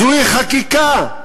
זוהי חקיקה.